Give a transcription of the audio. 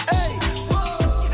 Hey